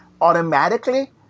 automatically